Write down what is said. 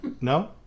No